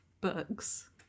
books